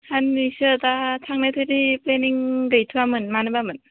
सान्नैसो दा थांनायथ' बिदि प्लेनिं गैथ'आमोन मानोबा मोन